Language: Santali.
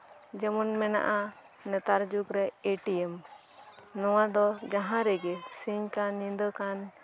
ᱡᱮᱢᱚᱱ ᱢᱮᱱᱟᱜᱼᱟ ᱱᱮᱛᱟᱨ ᱡᱩᱜ ᱨᱮ ᱮᱴᱤᱭᱮᱢ ᱱᱚᱣᱟᱫᱚ ᱡᱟᱦᱟᱸ ᱨᱮᱜᱤ ᱥᱤᱧᱠᱟᱱ ᱧᱤᱫᱟᱹᱠᱟᱱ